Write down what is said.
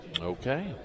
okay